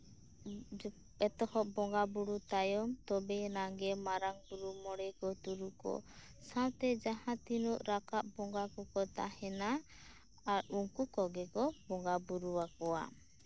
ᱮᱛᱚᱦᱚᱵ ᱵᱚᱸᱜᱟ ᱵᱩᱨᱩ ᱛᱟᱭᱚᱢ ᱛᱚᱵᱮ ᱮᱱᱟᱜ ᱜᱮ ᱢᱟᱨᱟᱝ ᱵᱩᱨᱩ ᱢᱚᱬᱮᱠᱚ ᱛᱩᱨᱩᱭ ᱠᱚ ᱥᱟᱶᱛᱮ ᱡᱟᱦᱟᱸᱛᱤᱱᱟᱹᱜ ᱨᱟᱠᱟᱵ ᱵᱚᱸᱜᱟ ᱠᱚᱠᱚ ᱛᱟᱦᱮᱱᱟ ᱟᱨ ᱩᱱᱠᱩ ᱠᱚᱜᱮ ᱠᱚ ᱵᱚᱸᱜᱟ ᱵᱩᱨᱩ ᱟᱠᱚᱣᱟ